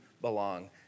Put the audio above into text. belong